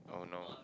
oh no